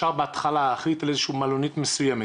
בהתחלה הוא רוצה איזו שהיא מלונית מסוימת,